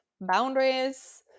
boundaries